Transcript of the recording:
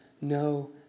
no